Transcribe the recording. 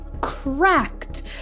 cracked